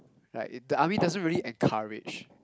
like the army doesn't really encourage